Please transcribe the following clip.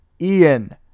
Ian